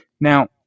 Now